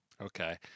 Okay